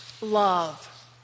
love